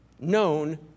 known